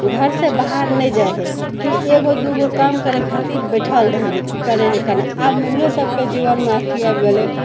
घर से बाहर नहि जाइ रहै कि एगो दुगो काम करै खातिर बैठल रहै रऽ कि करै रहै कन आब महिलो सभके जीवनमे अथी आबि गेलै